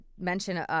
mention